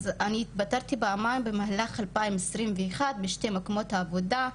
אז אני התפטרתי פעמיים במהלך 2021 משני מקומות עבודה.